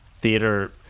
theater